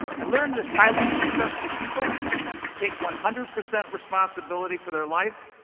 i learned that highly successful people take one hundred percent responsibility for their life.